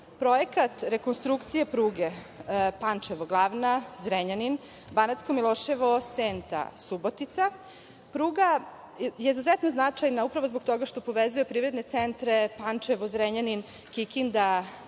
projekat rekonstrukcije pruge Pančevo glavna-Zrenjanin-Banatsko Miloševo-Senta-Subotica, pruga izuzetno značajna upravo zbog toga što povezuje privredne centre Pančevo, Zrenjanin, Kikinda